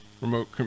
remote